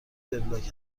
وبلاگ